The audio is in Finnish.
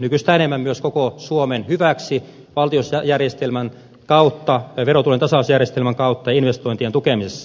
nykyistä enemmän myös koko suomen hyväksi verotulojen tasausjärjestelmän kautta investointien tukemisessa